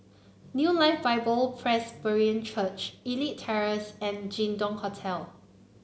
New Life Bible Presbyterian Church Elite Terrace and Jin Dong Hotel